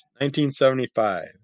1975